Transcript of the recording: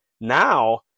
Now